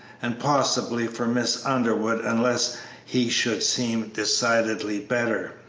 and possibly for miss underwood unless he should seem decidedly better.